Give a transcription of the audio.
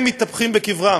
הם מתהפכים בקברם.